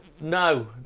no